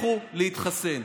לכו להתחסן.